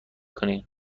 کنین